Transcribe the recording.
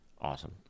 Awesome